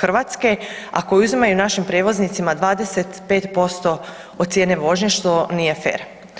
Hrvatske, a koje uzimaju našim prijevoznicima 25% od cijene vožnje, što nije fer.